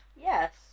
Yes